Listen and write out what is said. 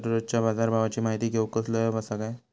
दररोजच्या बाजारभावाची माहिती घेऊक कसलो अँप आसा काय?